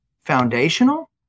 foundational